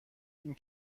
این